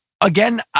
Again